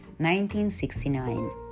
1969